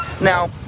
now